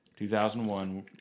2001